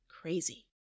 crazy